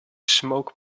smoke